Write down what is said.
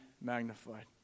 magnified